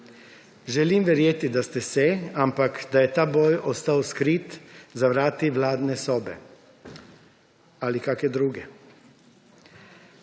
Želim verjeti, da ste se, ampak da je ta boj ostal skrit za vrati vladne sobe ali kakšne druge.